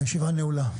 הישיבה נעולה.